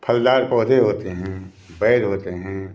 फलदार पौधे होते हैं बैल होते हैं